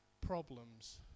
problems